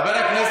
תביאי להם